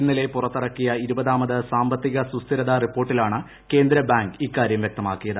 ഇന്നലെ പുറത്തിറ്റക്കിയ ഇരുപതാമത് സാമ്പത്തിക സുസ്ഥിരതാ റിപ്പോർട്ടിലാണ് കേന്ദ്ര ബ്ലാങ്ക് ഇക്കാര്യം വ്യക്തമാക്കിയത്